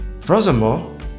Furthermore